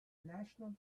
national